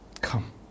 Come